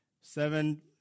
seven